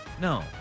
No